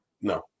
No